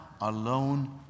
alone